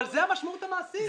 אבל זאת המשמעות המעשית.